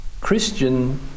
Christian